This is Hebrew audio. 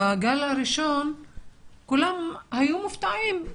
בגל הראשון כולם היו מופתעים,